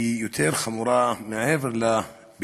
היא יותר חמורה, מעבר לבדידות,